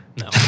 No